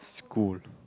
glue